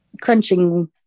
crunching